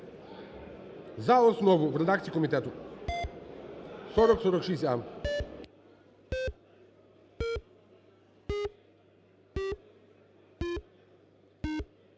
за основу в редакції комітету 4046а.